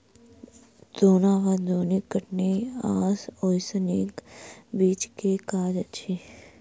दौन वा दौनी कटनी आ ओसौनीक बीचक काज अछि